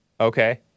okay